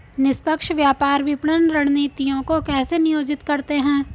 निष्पक्ष व्यापार विपणन रणनीतियों को कैसे नियोजित करते हैं?